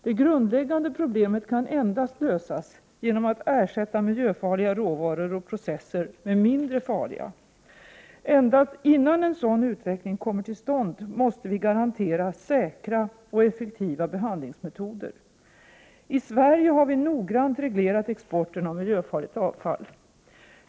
Det grundläggande problemet kan endast lösas genom att ersätta miljöfarliga råvaror och processer med mindre farliga. Innan en sådan utveckling kommer till stånd, måste vi garantera säkra och effektiva behandlingsmetoder. I Sverige har vi noggrant reglerat exporten av miljöfarligt avfall.